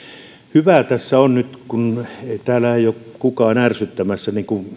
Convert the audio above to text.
on hyvä tässä on nyt kun täällä ei ole kukaan ärsyttämässä